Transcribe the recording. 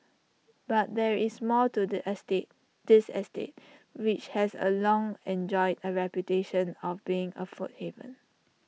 but there is more to the estate this estate which has A long enjoyed A reputation of being A food haven